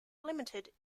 limited